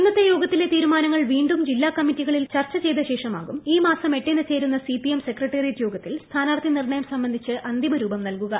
ഇന്നത്തെ യോഗത്തിലെ തീരുമാനങ്ങൾ വീണ്ടും ജില്ലാ കമ്മിറ്റികളിൽ ചർച്ച ചെയ്ത ശേഷമാകും ഈ മാസം എട്ടിന് ചേരുന്ന സിപിഎം സെക്രട്ടേറിയറ്റ് യോഗത്തിൽ സ്ഥാനാർഥി നിർണയം സംബന്ധിച്ച് അന്തിമരൂപം നൽകുക